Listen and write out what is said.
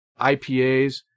IPAs